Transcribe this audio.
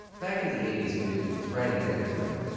back in the eighty s when neugut was writing his editorial,